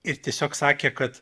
ir tiesiog sakė kad